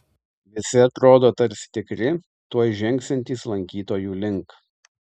visi atrodo tarsi tikri tuoj žengsiantys lankytojų link